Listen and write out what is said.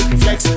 flex